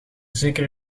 zeker